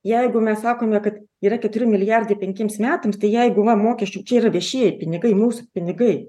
jeigu mes sakome kad yra keturi milijardai penkiems metams tai jeigu va mokesčių čia yra viešieji pinigai mūsų pinigai